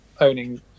owning